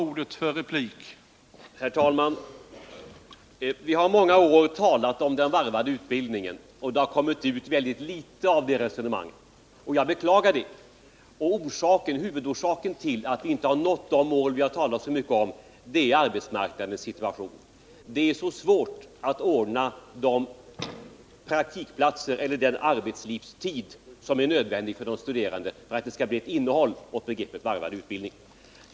Herr talman! Vi har under många år talat om den varvade utbildningen, men det har kommit ut mycket litet av detta resonemang, vilket jag beklagar. Huvudorsaken till att vi inte har nått de mål som vi har talat så mycket om är arbetsmarknadssituationen. Det är svårt att ordna de praktikplatser eller den tid ute i arbetslivet för de studerande som krävs för att begreppet varvad utbildning skall få ett innehåll.